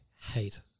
hate